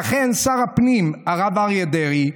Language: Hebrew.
ואכן שר הפנים הרב אריה דרעי,